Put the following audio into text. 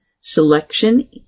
selection